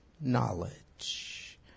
knowledge